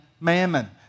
mammon